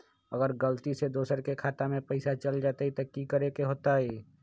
अगर गलती से दोसर के खाता में पैसा चल जताय त की करे के होतय?